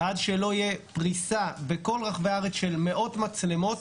עד שלא תהיה פריסה בכל רחבי הארץ של מאות מצלמות,